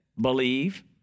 believe